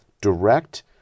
direct